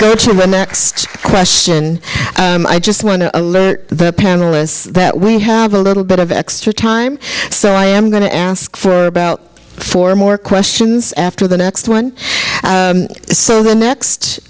next question i just want to alert the panelists that we have a little bit of extra time so i am going to ask for about four more questions after the next one so the next